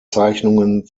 zeichnungen